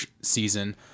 season